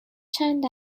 چند